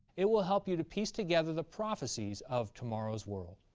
it will help you to piece together the prophecies of tomorrow's world.